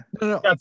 No